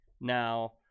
now